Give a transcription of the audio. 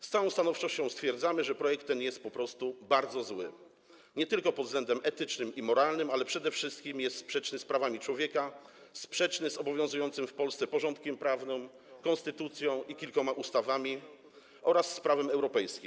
Z całą stanowczością stwierdzamy, że projekt ten nie tylko jest po prostu bardzo zły pod względem etycznym i moralnym, ale przede wszystkim jest sprzeczny z prawami człowieka, sprzeczny z obowiązującym w Polsce porządkiem prawnym, konstytucją i kilkoma ustawami oraz z prawem europejskim.